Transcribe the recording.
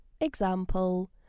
Example